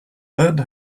lead